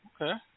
Okay